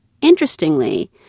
interestingly